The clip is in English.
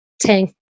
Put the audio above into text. tank